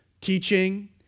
teaching